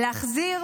להחזיר